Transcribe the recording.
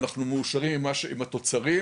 אנחנו מאושרים עם התוצרים,